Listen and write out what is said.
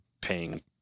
paying